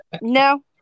No